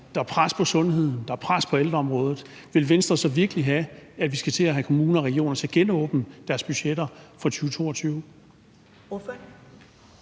der er pres på sundheden og der er pres på ældreområdet, vil Venstre så virkelig have, at vi skal til at have kommuner og regioner til at genåbne deres budgetter for 2022?